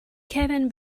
kevin